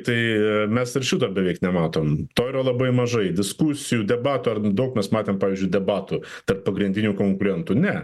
tai mes ir šito beveik nematom to yra labai mažai diskusijų debatų ar daug mes matėm pavyzdžiui debatų tarp pagrindinių konkurentų ne